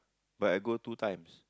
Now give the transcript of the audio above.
but I go two times